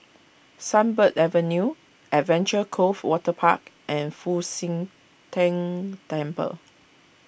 Sunbird Avenue Adventure Cove Waterpark and Fu Xi Tang Temple